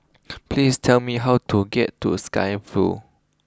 please tell me how to get to Sky Vue